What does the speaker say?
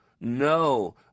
no